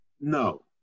No